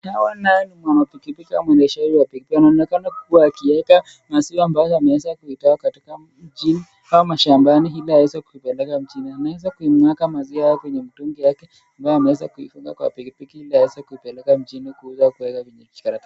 Hawa nae ni wanapikipiki au mwebdeshaji wa pikipiki, anaonekana kuwa akieka, maziwa ambayo ametoa mjini au mashambani ili aweze kuipeleka mjini, anamwaga maziwa kwenye mtungi yake ambayo ameeka kwenye pikipiki ili aweze kyipeleka mahali, kuipeleka mjini kuuza, kuweka kwenye kikaratasi.